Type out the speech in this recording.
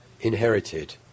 inherited